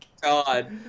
god